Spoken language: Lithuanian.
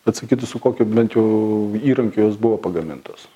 atsakyti su kokiu bent jau įrankiu jos buvo pagamintos